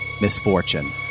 misfortune